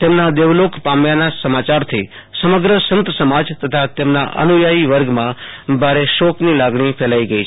તેમના દેવલોક પામ્યાના સમાતચારથી સમગ્ર સંતસમાજ તથા તેમના અનુયાયો વર્ગમાં ભારે શોકની લાગણી ફેલાઈ ગઈ છે